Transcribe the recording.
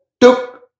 took